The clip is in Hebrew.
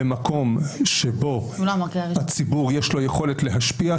במקום שבו לציבור יש יכולת להשפיע,